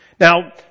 Now